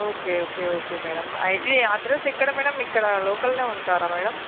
okay okay okay madam address ఎక్కడ madam ఇక్కడ లోకల్లో ఉంటారా మేడం